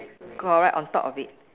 correct on top of it